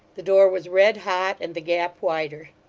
the door was red-hot, and the gap wider.